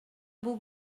бул